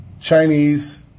Chinese